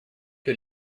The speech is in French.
que